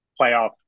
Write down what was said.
playoff